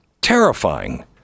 terrifying